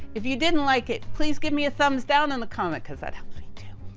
if you didn't like it, please give me a thumbs down and the comment, cause that helps.